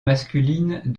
masculines